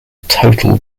total